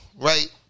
right